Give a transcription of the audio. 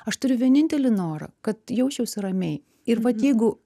aš turiu vienintelį norą kad jausčiausi ramiai ir vat jeigu